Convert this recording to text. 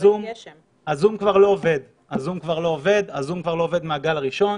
הזום כבר לא עובד מהגל הראשון,